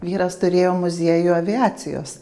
vyras turėjo muziejų aviacijos